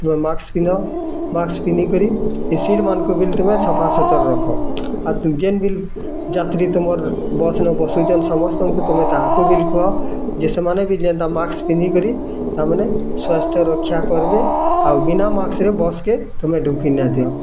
ତମେ ମାସ୍କ୍ ପିନ୍ଧି ମାସ୍କ୍ ପିନ୍ଧିକରି ଏ ସିଟ୍ମାନଙ୍କୁ ବିଲ୍ ତୁମେ ସଫା ସୁତର ରଖ ଆ ଯେନ୍ ବିଲ୍ ଯାତ୍ରୀ ତୁମର୍ ବସନୁ ବସୁଛନ୍ ସମସ୍ତଙ୍କୁ ତୁମେ କାହାକୁ ବିଲ୍ କୁହ ଯେ ସେମାନେ ବି ଯେନ୍ତା ମାସ୍କ୍ ପିନ୍ଧିକରି ତାମାନେ ସ୍ୱାସ୍ଥ୍ୟ ରକ୍ଷା କରିବେ ଆଉ ବିନା ମାସ୍କ୍ରେ ବସ୍କେ ତୁମେ ଢ଼ୁକି ନାଇଁ ଦିଏ